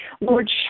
Lord